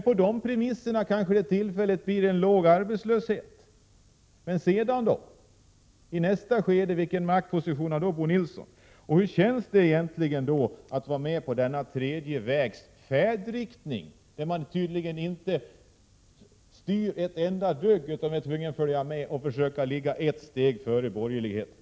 På de premisserna kanske det tillfälligt blir en låg arbetslöshet, men sedan då — vilken maktposition har Bo Nilsson i nästa skede? Hur känns det egentligen att vara med på denna tredje vägs färdriktning, där man tydligen inte styr ett enda dugg utan är tvungen att följa med och helst försöka ligga ett steg före borgerligheten?